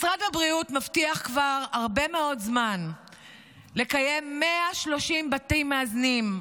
משרד הבריאות מבטיח כבר הרבה מאוד זמן לקיים 130 בתים מאזנים.